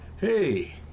Hey